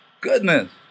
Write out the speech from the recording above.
goodness